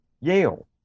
yale